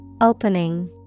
Opening